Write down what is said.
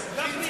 פטור ממס, גפני.